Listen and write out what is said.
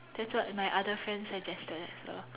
that's what my other friend suggested as well